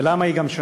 וגם למה היא שם.